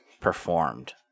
performed